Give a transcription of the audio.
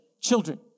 children